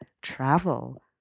travel